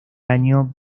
año